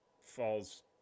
falls